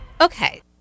Okay